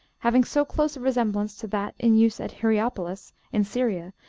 having so close a resemblance to that in use at hierapolis, in syria,